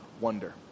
Wonder